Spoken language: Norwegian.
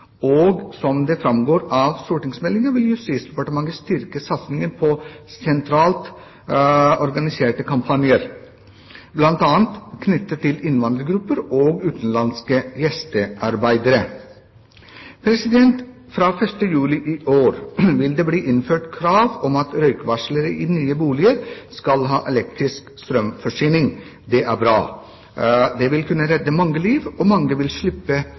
bevisst. Som det framgår av stortingsmeldingen, vil Justisdepartementet styrke innsatsen med sentralt organiserte kampanjer knyttet til bl.a. innvandrergrupper og utenlandske gjestearbeidere. Fra 1. juli i år vil det bli innført krav om at røykvarslere i nye boliger skal ha elektrisk strømforsyning. Det er bra. Det vil kunne redde mange liv, og mange vil slippe